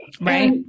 right